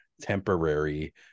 temporary